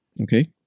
okay